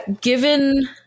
given